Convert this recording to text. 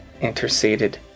interceded